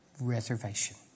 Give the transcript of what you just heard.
reservation